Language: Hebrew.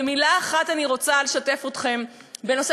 ובמילה אחת: אני רוצה לשתף אתכם בנושא